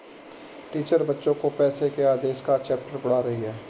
teacher बच्चो को पैसे के आदेश का चैप्टर पढ़ा रही हैं